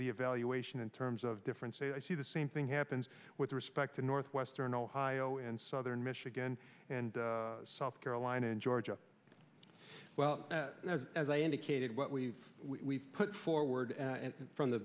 the evaluation in terms of difference i see the same thing happens with respect to northwestern ohio and southern michigan and south carolina and georgia well as i indicated what we we put forward from the